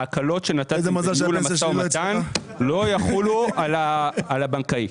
ההקלות שנתנו מול המשא ומתן לא יחולו על הבנקאי.